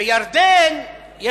העדיפות הזאת של הפריפריה היא